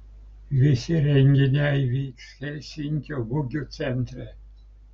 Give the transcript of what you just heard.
visi renginiai vyks helsinkio mugių centre